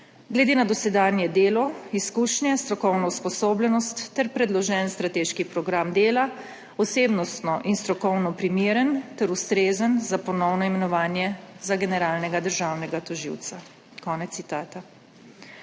»glede na dosedanje delo, izkušnje, strokovno usposobljenost ter predložen strateški program dela osebnostno in strokovno primeren ter ustrezen za ponovno imenovanje za generalnega državnega tožilca«, konec citata.